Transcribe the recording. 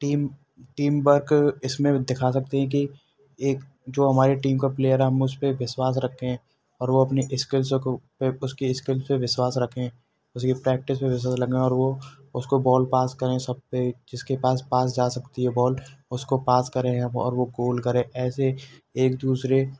team team work इसमें दिखा सकते हैं कि एक जो हमारी टीम का प्लेयर है हम उसपर विश्वास रखें और वह अपनी इस्किल्स को वे उसकी इस्किल्स पर विश्वास रखें उसकी प्रैक्टिस में लेंगे और वह उसको बॉल पास करें सब पर जिसके पास पास जा सकती है बॉल उसको पास करें हम और वह गोल करे ऐसे एक दूसरे